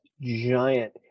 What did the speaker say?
giant